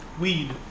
Weed